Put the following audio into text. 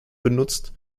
benutzt